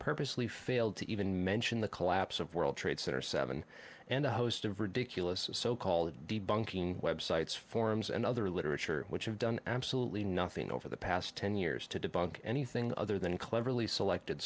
purposely failed to even mention the collapse of world trade center seven and a host of ridiculous so called debunking websites forums and other literature which have done absolutely nothing over the past ten years to debunk anything other than cleverly selected